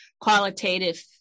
qualitative